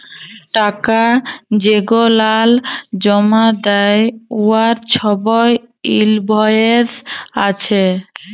টাকা যেগলাল জমা দ্যায় উয়ার ছবই ইলভয়েস আছে